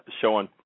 showing